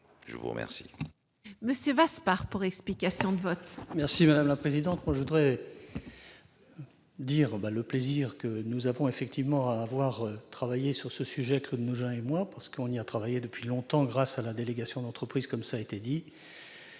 de vous remercier